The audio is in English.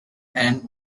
and